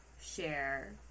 share